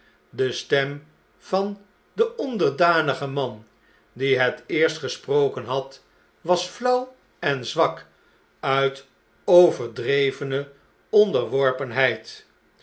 de stem van den onderdanigen man die het eerst gesproken had was flauw en zwak uit overdrevene onderworpenheid